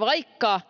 Vaikka nämä